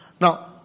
Now